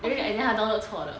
during the exam 他 download 错的